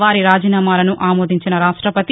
వారి రాజీనామాలను ఆమోదించిన రాష్టపతి